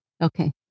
Okay